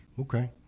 okay